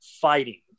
fighting